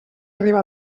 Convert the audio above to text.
arriba